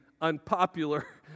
unpopular